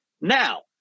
now